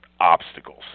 obstacles